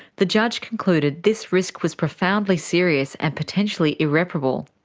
the judge concluded this risk was profoundly serious and potentially irreparable.